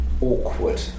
awkward